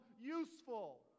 useful